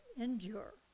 endure